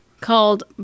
called